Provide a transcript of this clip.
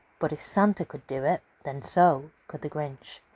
but if santa could do it, then so could the grinch.